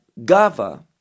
Gava